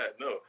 No